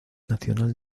nacional